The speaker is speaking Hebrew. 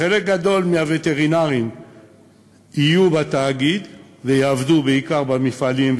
חלק גדול מהווטרינרים יהיו בתאגיד ויעבדו בעיקר במפעלים,